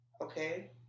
okay